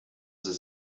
sehr